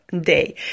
day